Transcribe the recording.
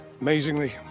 Amazingly